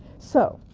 so,